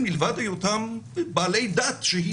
בארץ לא שמענו מעולם על הליך שנמשך שנים.